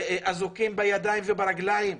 אזוקים בידיים וברגליים.